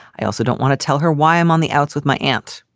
i also don't want to tell her why i'm on the outs with my aunt.